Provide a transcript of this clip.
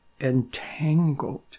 entangled